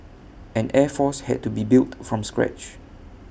an air force had to be built from scratch